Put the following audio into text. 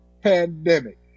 pandemic